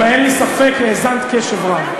ואין לי ספק, האזנת בקשב רב.